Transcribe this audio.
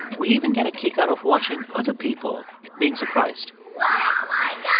we even get a kick out of watching other people being surprised yeah